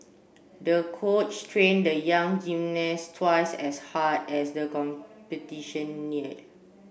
the coach trained the young gymnast twice as hard as the competition neared